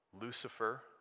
Lucifer